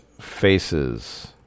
faces